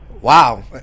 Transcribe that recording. Wow